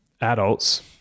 adults